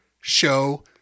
show